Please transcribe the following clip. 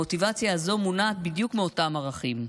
המוטיבציה הזו מונעת בדיוק מאותם ערכים: